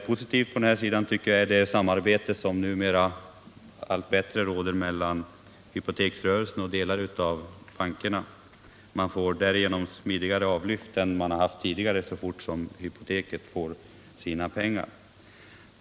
Positivt i detta sammanhang är det numera allt bättre samarbete som råder mellan hypoteksrörelsen och delar av bankerna. Man får därigenom smidigare avlyft än tidigare, så snart hypoteksinstitutet får sina pengar.